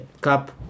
cup